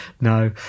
No